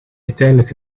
uiteindelijk